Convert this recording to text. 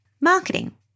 marketing